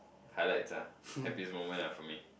highlights ah happiest moment lah for me